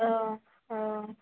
औ औ